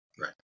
Right